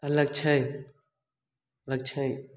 अलग छै अलग छै